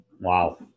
Wow